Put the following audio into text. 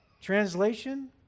Translation